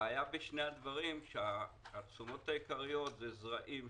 הבעיה בשני הדברים שהתשומות העיקריות הן זרעים,